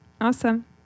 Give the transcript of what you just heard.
Awesome